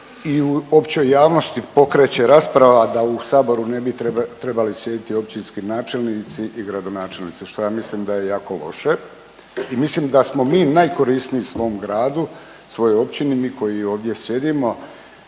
i u općoj javnosti pokreće rasprava da u Saboru ne bi trebali sjediti općinski načelnici i gradonačelnici što ja mislim da je jako loše. I mislim da smo mi najkorisniji svom gradu, svojoj općini, mi koji ovdje sjedimo.